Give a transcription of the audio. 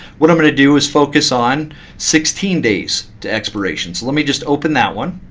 what i'm going to do is focus on sixteen days to expiration. so let me just open that one.